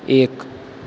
एक